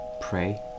pray